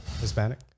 Hispanic